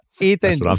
Ethan